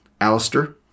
Alistair